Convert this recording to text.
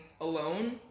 alone